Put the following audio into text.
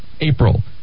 April